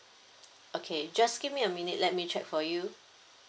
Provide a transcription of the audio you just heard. okay just give me a minute let me check for you